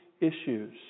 issues